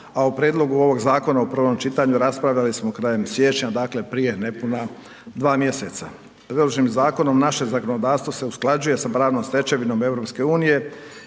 a u prijedlogu ovog zakona u prvom čitanju raspravljali smo krajem siječnja, dakle prije nepuna dva mjeseca. Predloženim zakonom naše zakonodavstvo se usklađuje sa pravnom stečevinom EU